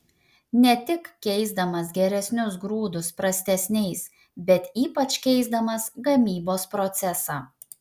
ne tik keisdamas geresnius grūdus prastesniais bet ypač keisdamas gamybos procesą